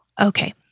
Okay